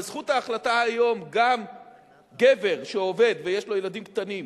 בזכות ההחלטה היום גם גבר שעובד ויש לו ילדים קטנים,